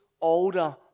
older